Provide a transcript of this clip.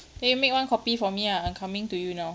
then you make one copy for me ah I'm coming to you now